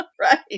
Right